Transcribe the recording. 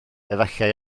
efallai